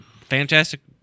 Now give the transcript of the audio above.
fantastic